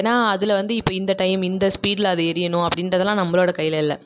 ஏன்னால் அதில் வந்து இப்போ இந்த டைம் இந்த ஸ்பீடில் அது எறியணும் அப்படின்றதலாம் நம்மளோட கையில் இல்லை